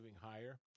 higher